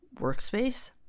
workspace